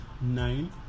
nine